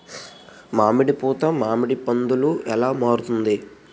మామిడి పూత మామిడి పందుల ఎలా మారుతుంది?